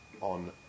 on